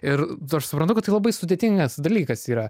ir aš suprantu kad tai labai sudėtingas dalykas yra